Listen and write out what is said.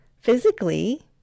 Physically